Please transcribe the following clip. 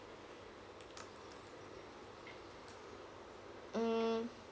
mm